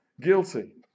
guilty